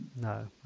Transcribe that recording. no